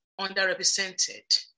underrepresented